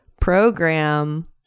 program